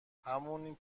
همونی